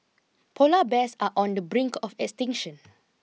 polar bears are on the brink of extinction